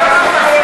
משפט.